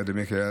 עד עמק האלה.